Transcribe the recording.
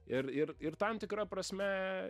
ir ir ir tam tikra prasme